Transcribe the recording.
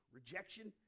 Rejection